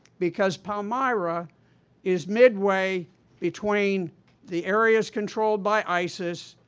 because palmyra is mid-way between the areas controlled by isis,